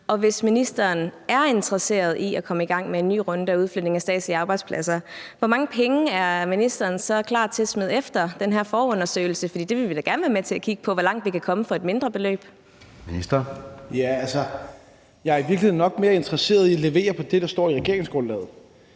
hvis ministeren er interesseret i at komme i gang med en ny runde af udflytning af statslige arbejdspladser, hvor mange penge er ministeren så klar til at smide efter den her forundersøgelse? For vi vil da gerne være med til at kigge på, hvor langt vi kan komme for et mindre beløb. Kl. 14:05 Anden næstformand (Jeppe Søe): Ministeren. Kl.